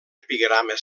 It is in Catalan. epigrama